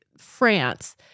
France